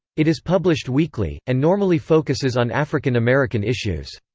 it is published weekly, and normally focuses on african-american issues.